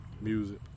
music